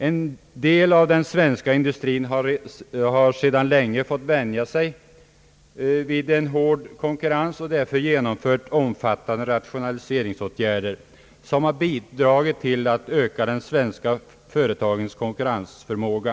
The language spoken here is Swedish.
En del av den svenska industrin har sedan länge fått vänja sig vid en hård konkurrens och därför genomfört omfattande rationaliseringar som har bidragit till att öka de svenska företagens konkurrensförmåga.